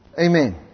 Amen